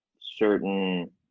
certain